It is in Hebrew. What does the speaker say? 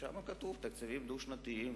כתוב שם תקציבים דו-שנתיים,